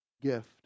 gift